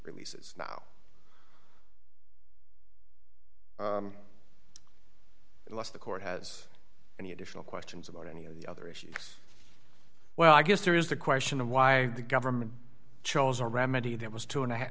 releases now unless the court has any additional questions about any of the other issues well i guess there is the question of why the government chose a remedy that was two and a half